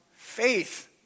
Faith